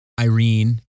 Irene